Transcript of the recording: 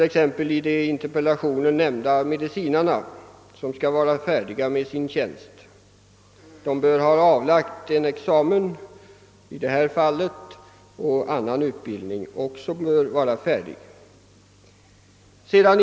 Exempelvis de i interpellationen nämnda medicinarna skall vara färdiga med sin utbildning och ha avlagt sin examen.